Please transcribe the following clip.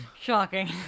shocking